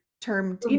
term